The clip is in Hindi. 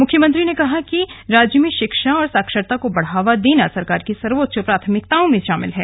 मुख्यमंत्री ने कहा कि राज्य में शिक्षा और साक्षरता को बढ़ावा देना सरकार की सर्वोच्च प्राथमिकताओं में शामिल है